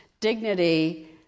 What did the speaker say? dignity